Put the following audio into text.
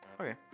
okay